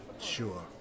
sure